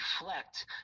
reflect